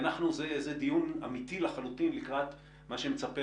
זה דיון אמיתי לחלוטין לקראת מה שמצפה